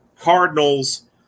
cardinals